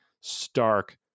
stark